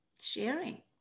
sharing